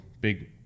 big